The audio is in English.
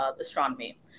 astronomy